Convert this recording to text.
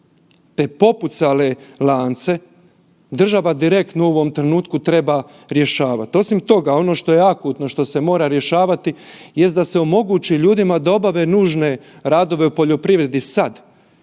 te popucale lance država direktno u ovom trenutku treba rješavati. Osim toga ono što je akutno što se mora rješavati jest da se omogući ljudima da obave nužne radove u poljoprivredi sad